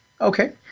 Okay